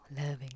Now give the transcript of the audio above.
loving